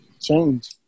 change